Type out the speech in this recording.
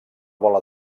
bola